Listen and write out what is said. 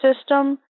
system